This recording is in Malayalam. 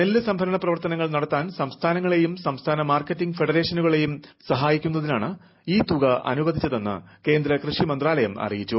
നെല്ല് സ്ഭർണ പ്രവർത്തനങ്ങൾ നടത്താൻ സംസ്ഥാനങ്ങളെയും സാസ്ഥാന മാർക്കറ്റിംഗ് ഫെഡറേഷനുകളെയും സഹായിക്കുന്നതിനാണ് ഈ തുക അനുവദിച്ചതെന്ന് കേന്ദ്രകൃഷി മന്ത്രാലയം അറിയിച്ചു